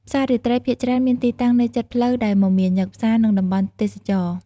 ផ្សាររាត្រីភាគច្រើនមានទីតាំងនៅជិតផ្លូវដែលមមាញឹក ផ្សារ និងតំបន់ទេសចរណ៍។